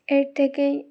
এর থেকেই